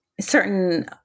certain